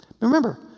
Remember